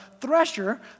thresher